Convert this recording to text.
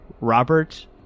Robert